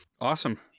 Awesome